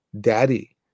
Daddy